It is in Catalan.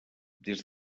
des